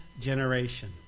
generation